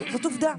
אבל זאת עובדה.